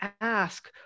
ask